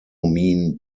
mean